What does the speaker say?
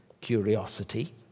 curiosity